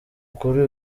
kuri